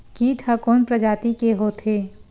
कीट ह कोन प्रजाति के होथे?